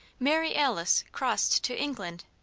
mary alice crossed to england.